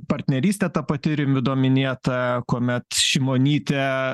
partnerystė ta pati rimvido minėta kuomet šimonytė